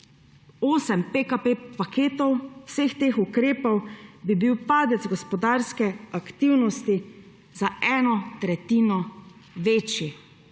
osem paketov PKP, vseh teh ukrepov, bi bil padec gospodarske aktivnosti za eno tretjino večji.